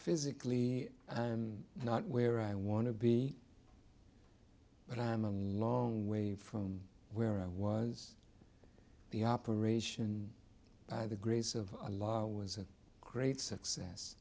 physically i'm not where i want to be but i'm a long way from where i was the operation by the grace of a lawyer was a great success